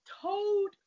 told